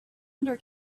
under